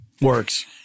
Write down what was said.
works